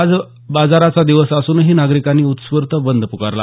आज बाजाराचा दिवस असूनही नागरिकांनी उत्स्फूर्त बंद प्कारला